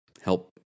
help